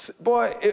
Boy